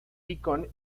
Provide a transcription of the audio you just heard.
deacon